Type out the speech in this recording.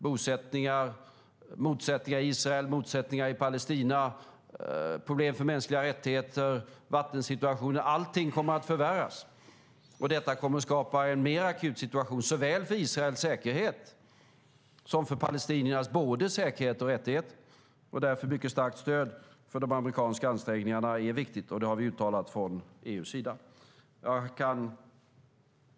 Bosättningar, motsättningar i Israel, motsättningar i Palestina, problem för mänskliga rättigheter och vattensituationen - allt kommer att förvärras. Det kommer att skapa en mer akut situation såväl för Israels säkerhet som för palestiniernas säkerhet och rättigheter. Därför är ett mycket starkt stöd för de amerikanska ansträngningarna viktigt, och det har vi uttalat från EU:s sida.